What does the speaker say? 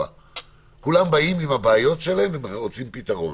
כולם באים עם הבעיות שלהם ורוצים פתרון.